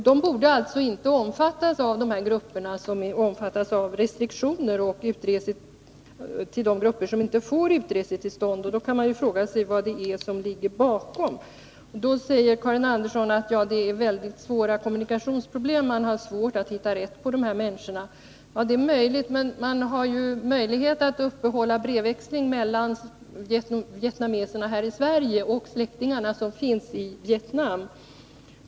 De borde alltså inte höra till de grupper som omfattas av restriktioner när det gäller utresetillstånden, och man kan då fråga sig vad det är som ligger bakom. Karin Andersson säger i det sammanhanget att man har väldigt stora kommunikationsproblem och att det därför är svårt att hitta rätt på de här människorna. Det är möjligt att det är så, men vietnameserna här i Sverige kan dock upprätthålla brevväxling med sina släktingar i Vietnam.